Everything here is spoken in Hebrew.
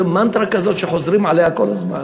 איזו מנטרה כזאת שחוזרים עליה כל הזמן